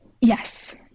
yes